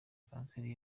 kanseri